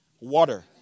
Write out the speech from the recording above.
Water